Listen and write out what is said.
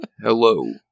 Hello